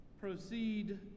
proceed